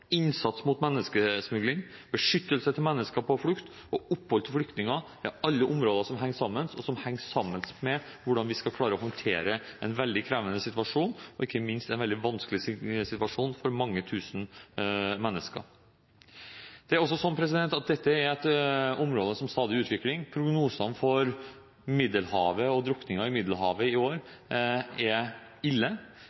innsats mot menneskesmugling, beskyttelse av mennesker på flukt og opphold til flyktninger er alle områder som henger sammen, og som henger sammen med hvordan vi skal klare å håndtere en veldig krevende situasjon, ikke minst en veldig vanskelig situasjon for mange tusen mennesker. Dette er også et område som er i stadig utvikling. Prognosene for Middelhavet og drukningene i Middelhavet i år er ille.